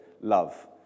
love